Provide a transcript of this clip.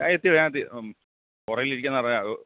അ എത്തി ഞാൻ എത്തി മ് പുറകിൽ ഇരിക്കാം